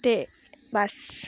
ते बस